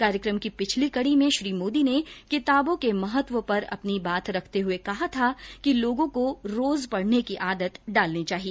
कार्यक्रम की पिछली कड़ी में श्री मोदी ने किताबों के महत्व पर अपनी बात रखते हुए कहा था कि लोगों को रोज पढ़ने की आदत डालनी चाहिए